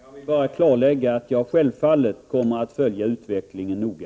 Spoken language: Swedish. Herr talman! Jag vill bara klarlägga att jag självfallet kommer att följa utvecklingen noga.